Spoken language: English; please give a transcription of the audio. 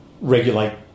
regulate